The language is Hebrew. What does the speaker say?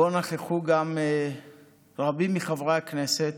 שבו נכחו גם רבים מחברי הכנסת.